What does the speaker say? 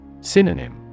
Synonym